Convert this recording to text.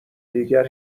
دیگر